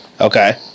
Okay